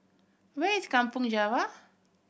where is Kampong Java